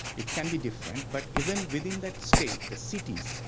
it can be different. but even within that state, the cities,